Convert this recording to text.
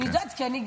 גם, כן.